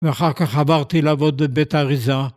‫ואחר כך עברתי לעבוד בבית האריזה